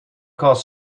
cause